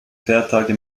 feiertage